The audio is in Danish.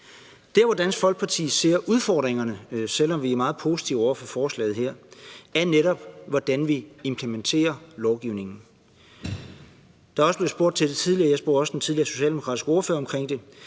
Der, hvor Dansk Folkeparti ser udfordringerne, selv om vi er meget positive over for forslaget her, er netop i spørgsmålet om, hvordan vi implementerer lovgivningen. Der er blevet spurgt til det tidligere, og jeg spurgte også den socialdemokratiske ordfører om det,